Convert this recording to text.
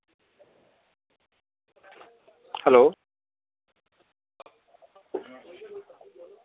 hello